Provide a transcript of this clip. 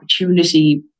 opportunity